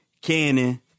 Cannon